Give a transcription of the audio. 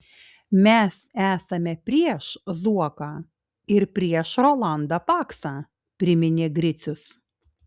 mes esame prieš zuoką ir prieš rolandą paksą priminė gricius